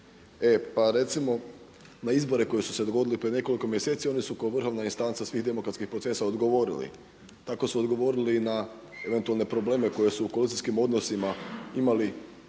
Pa recimo na izbore koji su se dogodili prije nekoliko mjeseci oni su kao vrhovna istanca svih demokratskih procesa odgovorili. Tako su odgovorili na eventualne probleme koji su u koalicijskim odnosima imali